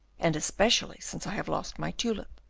and especially since i have lost my tulip.